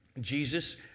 Jesus